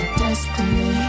destiny